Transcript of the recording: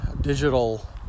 digital